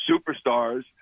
superstars